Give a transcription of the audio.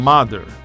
Mother